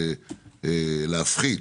להפחית.